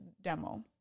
demo